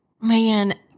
man